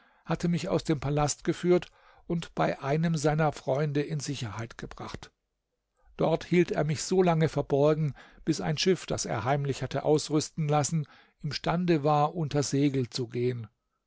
hatte mich aus dem palast geführt und bei einem seiner freunde in sicherheit gebracht dort hielt er mich solange verborgen bis ein schiff das er heimlich hatte ausrüsten lassen imstande war unter segel zu gehen